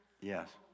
Yes